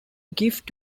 gift